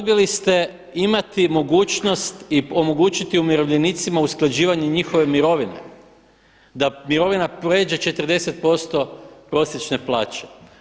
Odbili ste imati mogućnost i omogućiti umirovljenicima usklađivanje njihove mirovine, da mirovina prijeđe 40% prosječne plaće.